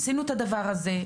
עשינו את הדבר הזה,